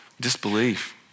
Disbelief